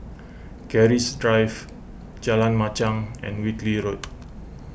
Keris Drive Jalan Machang and Whitley Road